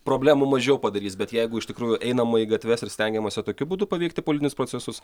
problemų mažiau padarys bet jeigu iš tikrųjų einama į gatves ir stengiamasi tokiu būdu paveikti politinius procesus